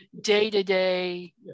day-to-day